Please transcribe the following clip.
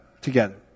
together